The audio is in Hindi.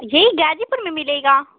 जी गाजीपुर में मिलेगा